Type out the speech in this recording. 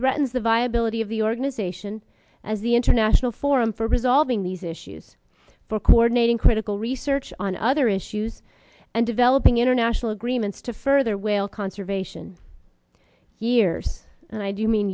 threatens the viability of the organization as the international forum for resolving these issues for coordinating critical research on other issues and developing international agreements to further whale conservation years and i do mean